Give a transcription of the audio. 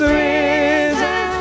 risen